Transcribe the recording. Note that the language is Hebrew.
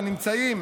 הנמצאים